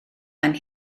fan